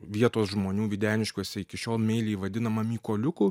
vietos žmonių videniškiuose iki šiol meiliai vadinamą mykoliuku